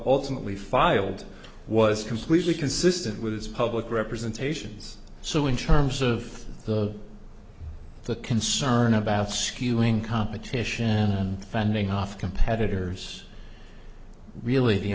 ultimately filed was completely consistent with its public representations so in terms of the the concern about skewing competition and fending off competitors really the